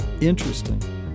interesting